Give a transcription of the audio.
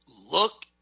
Look